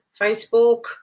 Facebook